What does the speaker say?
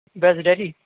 دیسٹ Delhi